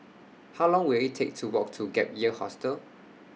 How Long Will IT Take to Walk to Gap Year Hostel